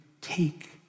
take